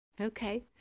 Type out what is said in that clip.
Okay